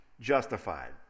justified